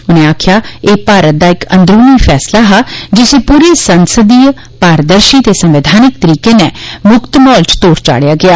उनें आक्खेया एह् भारत दा इक अंदरुनी फैसला हा जिसी पूरे संसदीय पारदर्शी ते संवैधानिक तरीके नै म्क्त माहौल च तोड़ चाढ़ेया गेया